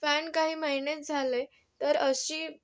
fan काही महिनेच झाले तर अशी